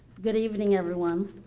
good evening everyone.